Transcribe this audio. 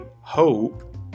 hope